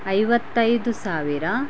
ಐವತ್ತೈದು ಸಾವಿರ